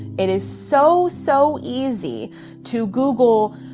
it is so, so easy to google,